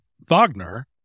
Wagner